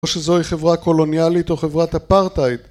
או שזוהי חברה קולוניאלית או חברת אפרטהייד